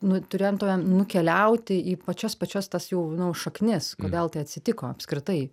nu turėmtumėm nukeliauti į pačias pačias tas jau nu šaknis kodėl tai atsitiko apskritai